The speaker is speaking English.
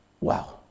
wow